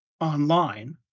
online